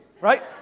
right